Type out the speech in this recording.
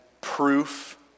proof